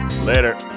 Later